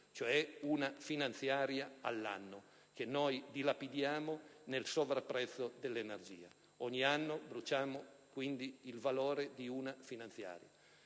ossia una finanziaria all'anno, che noi dilapidiamo nel sovrapprezzo dell'energia. Ogni anno bruciamo quindi il valore di una manovra